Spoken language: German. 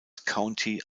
county